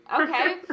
okay